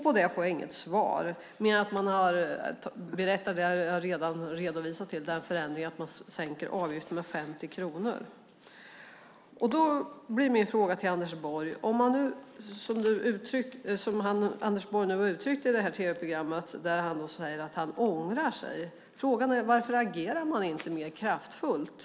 På det får jag inget svar mer än det jag redan redovisat, nämligen att man sänker avgiften med 50 kronor. Jag har en fråga till Anders Borg. Han uttryckte i tv-programmet att han ångrar sig. Frågan är varför man inte agerar mer kraftfullt.